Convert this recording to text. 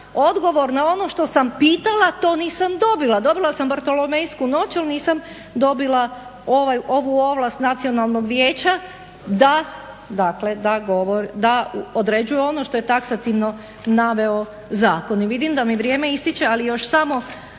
odgovor na ono što sam pitala to nisam dobila. Dobila sam bartolomejsku noć, ali nisam dobila ovu ovlast Nacionalnog vijeća da određuju ono što je taksativno naveo zakon. I vidim da mi vrijeme istječe, ali još samo